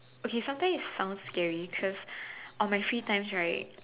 okay sometimes it sounds scary cause on my free times right